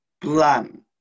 Plan